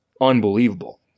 unbelievable